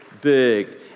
big